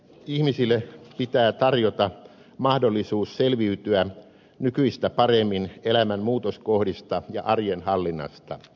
ihmisille pitää tarjota mahdollisuus selviytyä nykyistä paremmin elämän muutoskohdista ja arjen hallinnasta